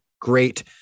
great